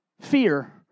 fear